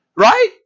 Right